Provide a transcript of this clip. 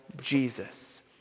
Jesus